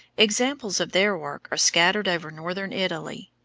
examples of their work are scattered over northern italy,